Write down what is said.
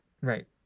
right